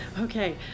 okay